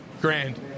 grand